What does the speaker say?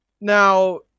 Now